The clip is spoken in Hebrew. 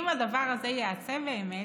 אם הדבר הזה ייעשה באמת,